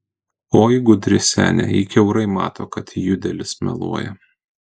oi gudri senė ji kiaurai mato kad judelis meluoja